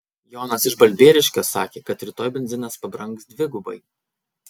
jonas iš balbieriškio sakė kad rytoj benzinas pabrangs dvigubai